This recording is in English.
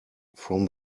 from